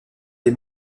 des